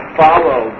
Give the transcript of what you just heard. follow